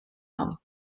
home